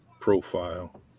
profile